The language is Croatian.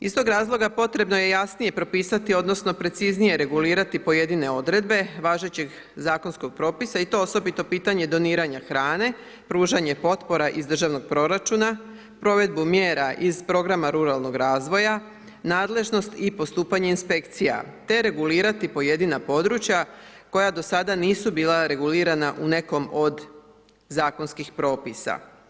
Iz tog razloga potrebno je jasnije propisati odnosno preciznije regulirati pojedine odredbe važećeg zakonskog propisa i to osobito pitanje doniranja hrane, pružanje potpora iz državnog proračuna, provedbu mjera iz programa ruralnog razvoja, nadležnost i postupanje inspekcija, te regulirati pojedina područja koja do sada nisu bila regulirana u nekom od zakonskih propisa.